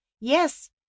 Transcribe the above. Yes